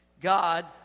God